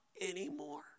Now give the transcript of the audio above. anymore